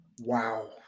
Wow